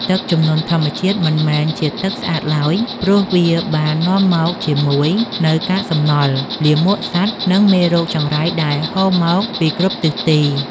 ទឹកជំនន់ជាធម្មតាមិនមែនជាទឹកស្អាតឡើយ ព្រោះវាបាននាំមកជាមួយនូវកាកសំណល់ លាមកសត្វ និងមេរោគចង្រៃដែលហូរមកពីគ្រប់ទិសទី។